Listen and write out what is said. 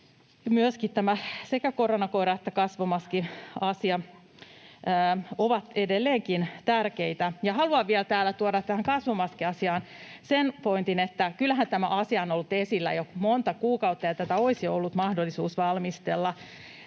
sekä koronakoira- että kasvomaskiasia ovat edelleenkin tärkeitä. Ja haluan vielä täällä tuoda tähän kasvomaskiasiaan sen pointin, että kyllähän tämä asia on ollut esillä jo monta kuukautta ja tätä olisi ollut mahdollista valmistella,